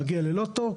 מגיע ללא תור,